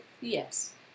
Yes